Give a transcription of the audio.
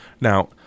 now